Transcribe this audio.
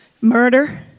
murder